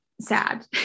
sad